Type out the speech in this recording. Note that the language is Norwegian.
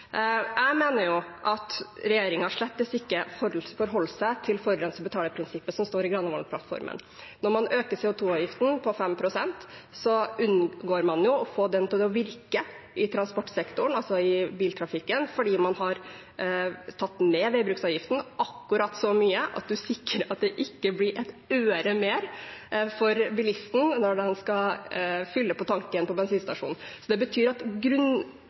Jeg mener at regjeringen slett ikke forholder seg til forurenser-betaler-prinsippet som står i Granavolden-plattformen. Når man øker CO 2 -avgiften med 5 pst., unngår man å få den til å virke i transportsektoren, altså i biltrafikken, fordi man har tatt ned veibruksavgiften akkurat så mye at man sikrer at det ikke blir et øre mer for bilisten når han skal fylle på tanken på bensinstasjonen. Det betyr at